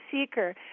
seeker